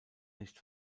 nicht